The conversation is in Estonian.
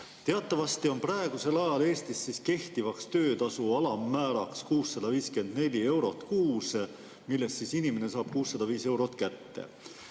Teatavasti on praegusel ajal Eestis kehtiv töötasu alammäär 654 eurot kuus, millest inimene saab 605 eurot kätte.